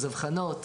אבחנות.